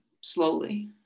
slowly